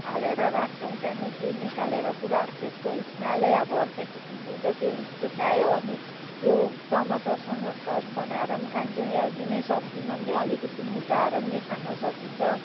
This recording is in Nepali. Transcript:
हालेर राख्छौँ त्यहाँदेखि त्यो निकालेर पुरा त्यसको स्मेलै अब अर्कै किसिमको हुन्छ त्यो सुकायो अनि त्यो टमाटरसँग टक बनाएर पनि खान्छौँ या जुनै सब्जीमा नि अलिकति मिसाएर नि खान सकिन्छ